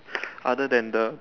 other than the